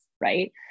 right